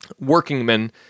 workingmen